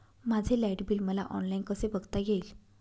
माझे light bill मला online कसे बघता येईल?